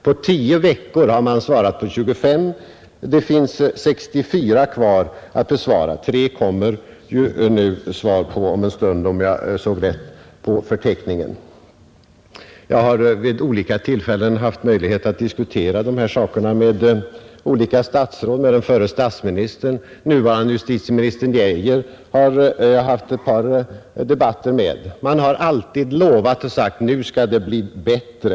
På tio veckor har man svarat på 25; det finns 64 kvar att besvara. Om en stund kommer tre interpellationer att besvaras, om jag läst rätt på föredragningslistan. > Jag har vid flera tillfällen diskuterat dessa saker med olika statsråd, bl.a. med förre statsministern, och med nuvarande justitieminister Geijer har jag också haft ett par debatter om detta. Och man har alltid lovat och sagt att nu skall det bli bättre.